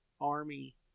Army